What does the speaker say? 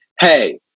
hey